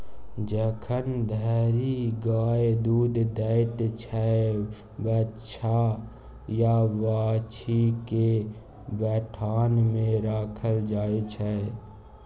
जखन धरि गाय दुध दैत छै बछ्छा या बाछी केँ बथान मे राखल जाइ छै